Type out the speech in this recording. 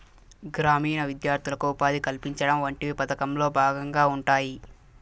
గ్రామీణ విద్యార్థులకు ఉపాధి కల్పించడం వంటివి పథకంలో భాగంగా ఉంటాయి